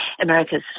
America's